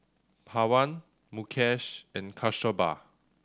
Pawan Mukesh and Kasturba